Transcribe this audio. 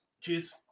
Cheers